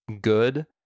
good